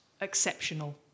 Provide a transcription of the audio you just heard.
exceptional